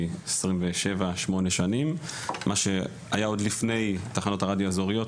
27-8 שנים מה שהיה עוד לפני תחנות הרדיו האזוריות,